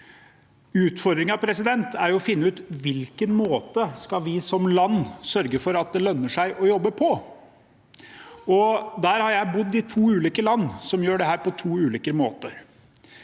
Utfordringen er å finne ut på hvilken måte vi som land skal sørge for at det lønner seg å jobbe. Jeg har bodd i to ulike land som gjør dette på to ulike måter.